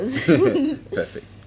Perfect